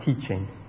teaching